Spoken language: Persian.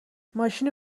ماشینو